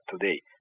today